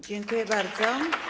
Dziękuję bardzo.